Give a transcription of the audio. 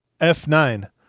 F9